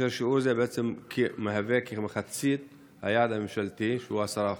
שיעור זה מהווה כמחצית מהיעד הממשלתי, שהוא 10%,